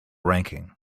ranking